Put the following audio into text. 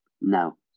No